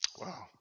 Wow